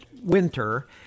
winter